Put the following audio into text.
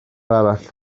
arall